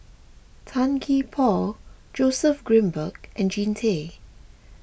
Tan Gee Paw Joseph Grimberg and Jean Tay